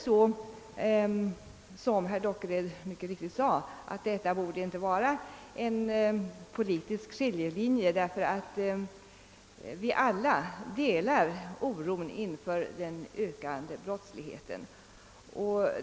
Som herr Dockered mycket riktigt sade borde detta inte vara en partipolitiskt skiljande fråga, eftersom vi alla delar oron inför den ökande brottsligheten.